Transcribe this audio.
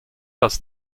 das